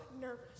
nervous